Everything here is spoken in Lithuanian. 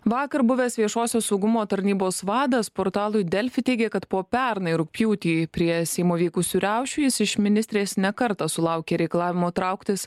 vakar buvęs viešosios saugumo tarnybos vadas portalui delfi teigė kad po pernai rugpjūtį prie seimo vykusių riaušių jis iš ministrės ne kartą sulaukė reikalavimo trauktis